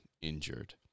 injured